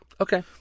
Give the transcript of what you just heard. Okay